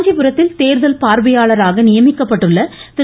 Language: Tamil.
காஞ்சிபுரத்தில் தேர்தல் பார்வையாளராக நியமிக்கப்பட்டுள்ள திரு